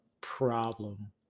problem